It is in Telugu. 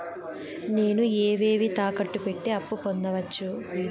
నేను ఏవేవి తాకట్టు పెట్టి అప్పు పొందవచ్చు?